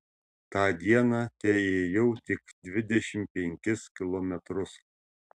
tą dieną teėjau tik dvidešimt penkis kilometrus